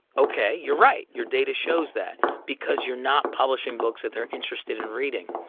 ok, you're right. your data shows that because you're not publishing books that they're interested in reading.